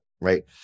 right